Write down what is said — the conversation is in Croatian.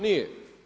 Nije.